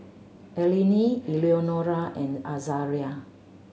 Eleni Eleonora and Azaria